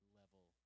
level